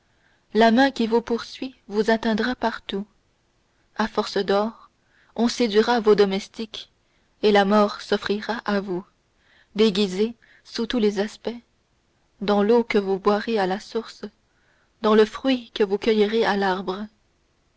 la main qui vous poursuit vous atteindra partout à force d'or on séduira vos domestiques et la mort s'offrira à vous déguisée sous tous les aspects dans l'eau que vous boirez à la source dans le fruit que vous cueillerez à l'arbre